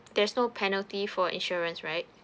there's no penalty for insurance right